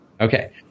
Okay